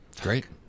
Great